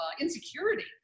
insecurity